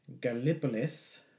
Gallipolis